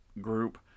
group